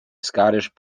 scottish